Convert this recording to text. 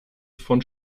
von